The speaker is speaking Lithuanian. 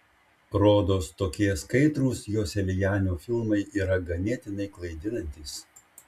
rodos tokie skaidrūs joselianio filmai yra ganėtinai klaidinantys